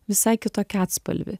visai kitokį atspalvį